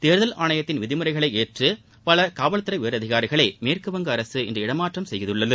தேர்தல் ஆணையத்தின் விதிமுறைகளை ஏற்று பல காவல் துறை உயரதிகாரிகளை மேற்கு வங்க அரசு இன்று இடமாற்றம் செய்துள்ளது